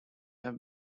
have